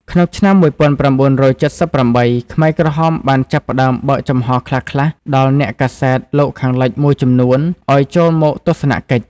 ក្នុងឆ្នាំ១៩៧៨ ខ្មែរក្រហមបានចាប់ផ្ដើមបើកចំហរខ្លះៗដល់អ្នកកាសែតលោកខាងលិចមួយចំនួនឱ្យចូលមកទស្សនកិច្ច។